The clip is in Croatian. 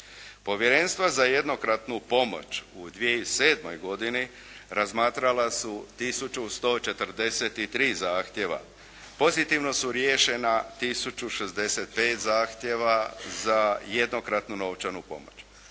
Povjerenstva za jednokratnu pomoć u 2007. godini razmatrala su tisuću 143 zahtjeva. Pozitivno su riješena tisuću 65 zahtjeva za jednokratnu novčanu pomoć.